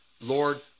Lord